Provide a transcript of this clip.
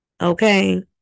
okay